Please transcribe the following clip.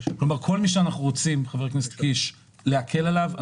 כל מי שאנחנו רוצים להקל עליו,